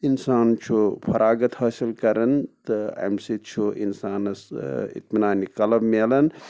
اِنسان چھُ فراغَت حٲصِل کَران تہٕ اَمہِ سۭتۍ چھُ اِنسانَس اطمینانہِ قلَب میلان